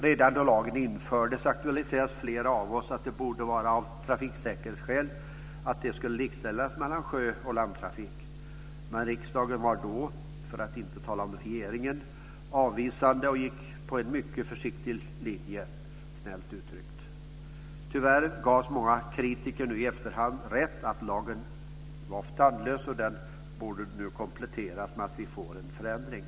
Redan då lagen infördes aktualiserade flera av oss att det av trafiksäkerhetsskäl borde vara en likställdhet mellan sjö och landtrafik. Men riksdagen, för att inte tala om regeringen, var då avvisande och gick på en mycket försiktig linje, snällt uttryckt. Tyvärr gavs många kritiker nu i efterhand rätt i att lagen var för tandlös. Den borde nu kompletteras med att vi får en förändring.